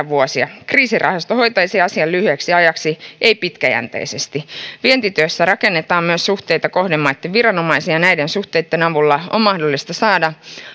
vuosia kriisirahasto hoitaisi asian lyhyeksi ajaksi ei pitkäjänteisesti vientityössä rakennetaan myös suhteita kohdemaitten viranomaisiin ja näiden suhteitten avulla on mahdollista saada